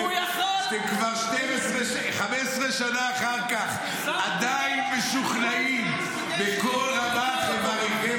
כך שאתם כבר 15 שנה אחר כך עדיין משוכנעים בכל רמ"ח איבריכם,